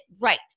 Right